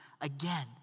again